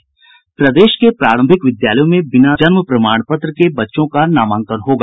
प्रदेश के प्रारंभिक विद्यालयों में बिना जन्म प्रमाण पत्र के भी बच्चों का नामांकन होगा